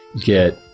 get